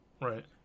Right